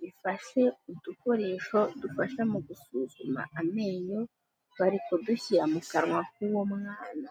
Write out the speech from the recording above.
bifashe udukoresho dufasha mu gusuzuma amenyo bari kudushyira mu kanwa k'uwo mwana.